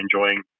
enjoying